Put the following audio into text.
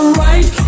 right